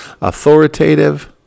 authoritative